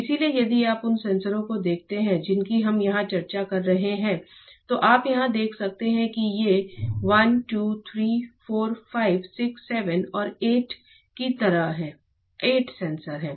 इसलिए यदि आप उन सेंसरों को देखते हैं जिनकी हम यहां चर्चा कर रहे हैं तो आप यहां देख सकते हैं कि ये 1 2 3 4 5 6 7 और 8 की तरह हैं 8 सेंसर हैं